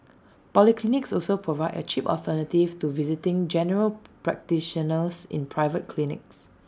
polyclinics also provide A cheap alternative to visiting general practitioners in private clinics